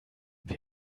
wir